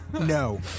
No